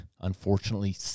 unfortunately